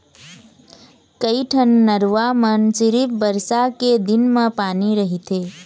कइठन नरूवा म सिरिफ बरसा के दिन म पानी रहिथे